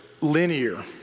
linear